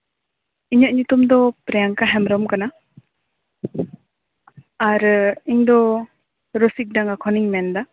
ᱤᱧᱟᱹᱜ ᱧᱩᱛᱩᱢ ᱫᱚ ᱯᱨᱤᱭᱟᱝᱠᱟ ᱦᱮᱢᱵᱨᱚᱢ ᱠᱟᱱᱟ ᱟᱨ ᱤᱧ ᱫᱚ ᱨᱚᱥᱤᱠᱰᱟᱸᱜᱟ ᱠᱷᱚᱱᱤᱧ ᱢᱮᱱᱫᱟ